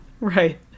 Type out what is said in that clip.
Right